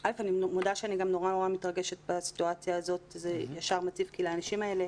אני מודה שאני מאוד מתרגשת בסיטואציה הזאת כי לאנשים האלה